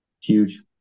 Huge